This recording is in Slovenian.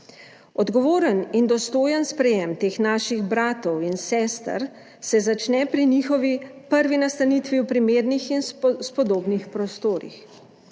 Odgovoren in dostojen sprejem teh naših bratov in sester, se začne pri njihovi prvi nastanitvi v primernih in spodobnih prostorih.